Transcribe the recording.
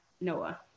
noah